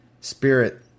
spirit